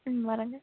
ம் வரங்க